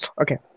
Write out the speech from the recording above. Okay